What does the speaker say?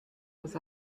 was